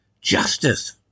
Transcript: justice